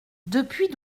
depuis